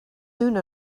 soon